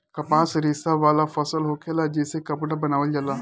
कपास रेशा वाला फसल होखेला जे से कपड़ा बनावल जाला